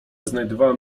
znajdywałem